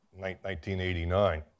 1989